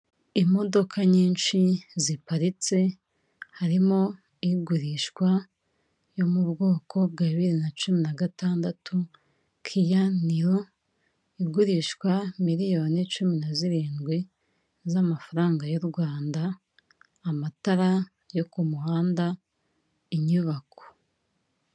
Imodoka nyinshi ziparitse harimo igurishwa yo mu bwoko bwa bibiri na cumi na gatandatu kiya niyo igurishwa miliyoni cumi na zirindwi z'amafaranga y'u Rwanda amatara yo ku muhanda inyubako.